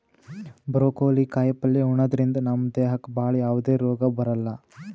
broccoli ಕಾಯಿಪಲ್ಯ ಉಣದ್ರಿಂದ ನಮ್ ದೇಹಕ್ಕ್ ಭಾಳ್ ಯಾವದೇ ರೋಗ್ ಬರಲ್ಲಾ